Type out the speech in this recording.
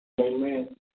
Amen